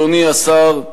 אדוני השר,